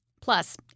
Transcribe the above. Plus